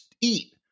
eat